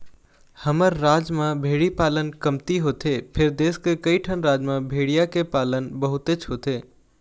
हमर राज म भेड़ी पालन कमती होथे फेर देश के कइठन राज म भेड़िया के पालन बहुतेच होथे